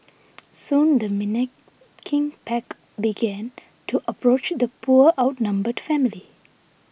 soon the menacing pack began to approach the poor outnumbered family